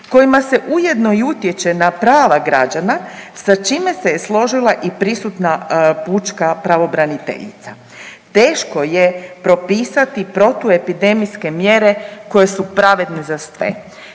kojima se ujedno i utječe na prava građana sa čime se je složila i prisutna pučka pravobraniteljica. Teško je propisati protuepidemijske mjere koje su pravedne za sve